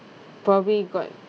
probably got